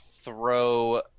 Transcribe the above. throw